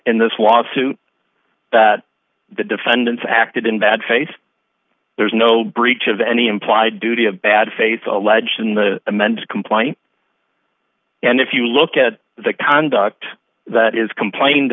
in this lawsuit that the defendants acted in bad faith there's no breach of any implied duty of bad faith alleged in the amends complaint and if you look at the conduct that is complained